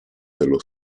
dello